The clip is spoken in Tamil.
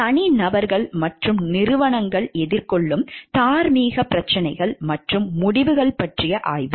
தனிநபர்கள் மற்றும் நிறுவனங்கள் எதிர்கொள்ளும் தார்மீக பிரச்சினைகள் மற்றும் முடிவுகள் பற்றிய ஆய்வு